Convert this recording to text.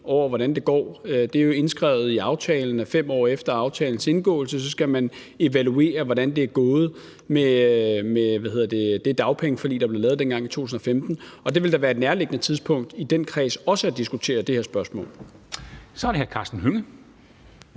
om, hvordan det går. Det er jo indskrevet i aftalen, at 5 år efter aftalens indgåelse skal man evaluere, hvordan det er gået med det dagpengeforlig, der blev lavet dengang i 2015. Og det vil da være et nærliggende tidspunkt i den kreds også at diskutere det her spørgsmål. Kl. 13:57 Formanden (Henrik